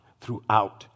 throughout